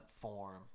form